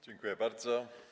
Dziękuję bardzo.